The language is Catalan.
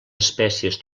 espècies